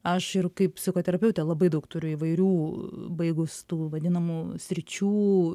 aš ir kaip psichoterapeutė labai daug turiu įvairių baigus tų vadinamų sričių